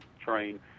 train